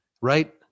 right